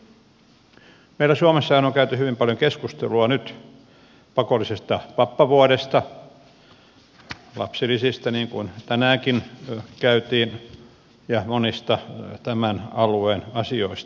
meillä suomessahan on käyty hyvin paljon keskustelua nyt pakollisesta pappavuodesta lapsilisistä niin kuin tänäänkin käytiin ja monista tämän alueen asioista